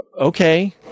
okay